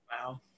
Wow